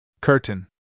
Curtain